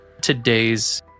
today's